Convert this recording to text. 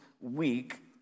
week